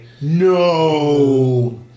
No